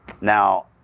Now